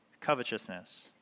Covetousness